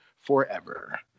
forever